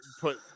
put